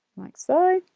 like so